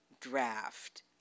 draft